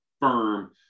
firm